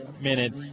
Minute